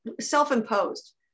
self-imposed